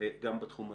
גם בתחום הזה.